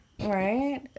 Right